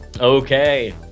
Okay